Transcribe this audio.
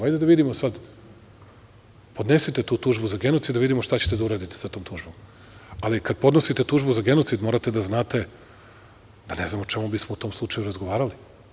Hajde da vidimo sad, podnesite tu tužbu za genocid, da vidimo šta ćete da uradite sa tom tužbom, ali kad podnosite tužbu za genocid morate da znate da ne znam o čemu bismo u tom slučaju razgovarali.